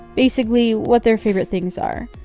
basically, what their favorite things are.